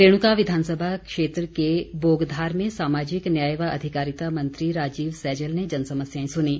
रेणुका विधानसभा क्षेत्र के बोगधार में सामाजिक न्याय व अधिकारिता मंत्री राजीव सैजल ने जनसमस्याएं सुनीं